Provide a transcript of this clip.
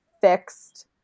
fixed